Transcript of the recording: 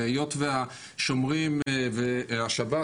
היות והשומרים והשב"ס,